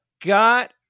Got